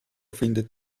findet